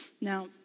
Now